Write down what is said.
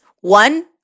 One